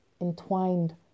entwined